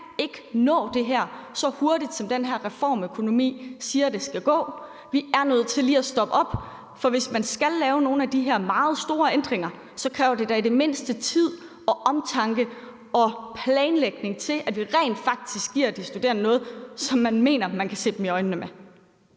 ikke nå det her, så hurtigt som man med den her reformøkonomi siger at det skal gå. Vi er nødt til lige at stoppe op. For hvis man skal lave nogle af de her meget store ændringer, kræver det da i det mindste tid, omtanke og planlægning, så vi rent faktisk giver de studerende noget, som man mener man kan se dem i øjnene med.